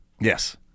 Yes